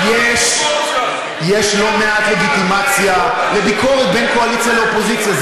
יש לא מעט לגיטימציה לביקורת בין קואליציה לאופוזיציה.